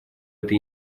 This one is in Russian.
эта